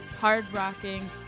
hard-rocking